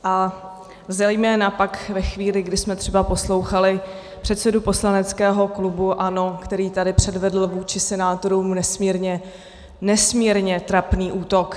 A zejména pak ve chvíli, kdy jsme třeba poslouchali předsedu poslaneckého klubu ANO, který tady předvedl vůči senátorům nesmírně, nesmírně trapný útok.